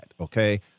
okay